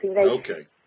Okay